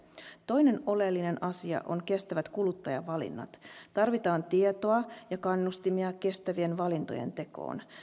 toinen oleellinen asia on kestävät kuluttajavalinnat tarvitaan tietoa ja kannustimia kestävien valintojen tekoon